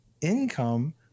income